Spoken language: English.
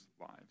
lives